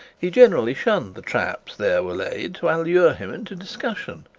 he generally shunned the traps there were laid to allure him into discussion,